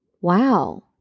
Wow